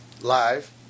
live